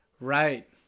Right